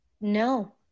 No